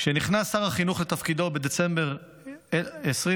כשנכנס שר החינוך לתפקידו בדצמבר 2022,